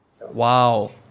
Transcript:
Wow